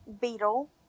beetle